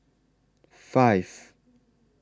five